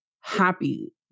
happy